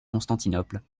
constantinople